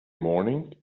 morning